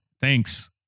thanks